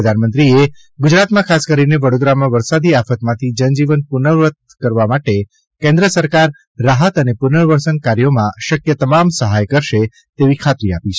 પ્રધાનમંત્રીએ ગુજરાતમાં ખાસ કરીને વડોદરામાં વરસાદી આફતમાંથી જનજીવન પૂનઃપૂર્વવત કરવા માટે કેન્દ્ર સરકાર રાહત અને પૂનર્વસન કાર્યોમાં શક્ય તમામ સહાય કરશે તેવી ખાતરી આપી છે